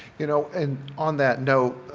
you know and on that note,